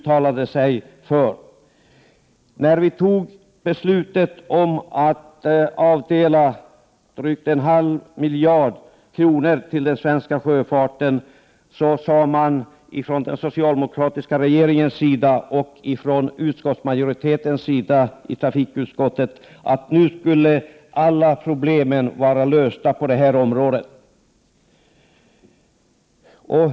När vi fattade beslut om att anslå drygt en halv miljard kronor till den svenska sjöfarten sade man från den socialdemokratiska regeringens och trafikutskottets sida att alla problem skulle vara lösta på det här området.